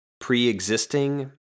pre-existing